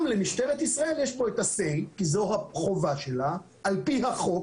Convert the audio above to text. למשטרת ישראל יש פה את הסיי כי זו החובה שלה על פי החוק,